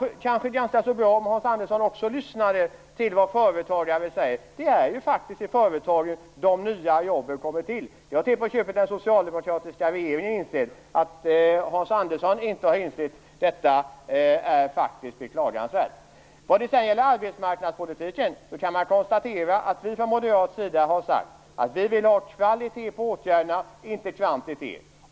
Det vore ganska bra om Hans Andersson också lyssnade till vad företagare säger. Det är ju faktiskt i företagen de nya jobben kommer till. Det har till på köpet den socialdemokratiska regeringen insett. Att Hans Andersson inte har insett detta är faktiskt beklagansvärt. Vi från moderat sida har sagt att vi vill ha kvalitet på åtgärderna i arbetsmarknadspolitiken - inte kvantitet.